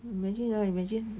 imagine ah imagine